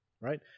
right